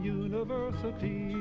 university